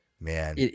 man